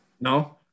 No